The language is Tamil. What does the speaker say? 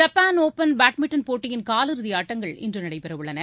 ஜப்பான் ஓபன் பேட்மிண்டன் போட்டியின் காலிறுதி ஆட்டங்கள் இன்று நடைபெறவுள்ளன